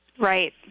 Right